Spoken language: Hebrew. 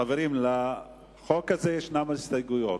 חברים, לחוק הזה יש הסתייגויות.